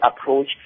approach